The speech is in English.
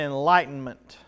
Enlightenment